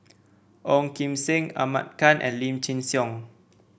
Ong Kim Seng Ahmad Khan and Lim Chin Siong